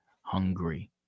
hungry